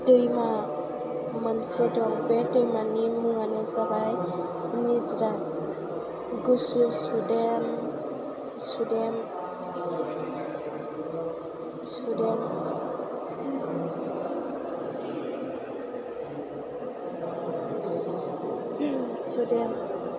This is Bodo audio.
दैमा मोनसे दं बे दैमानि मुङानो जाबाय निज्रा गुसु सुदेम सुदेम सुदेम सुदेम